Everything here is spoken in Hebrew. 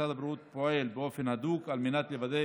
משרד הבריאות פועל באופן הדוק על מנת לוודא